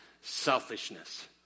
selfishness